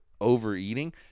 overeating